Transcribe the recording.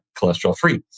cholesterol-free